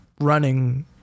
running